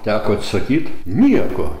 teko atsisakyt nieko